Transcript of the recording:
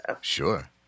Sure